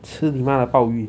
吃你妈的鲍鱼